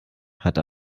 hat